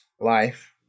life